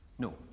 No